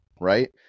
right